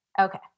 Okay